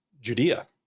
Judea